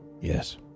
Yes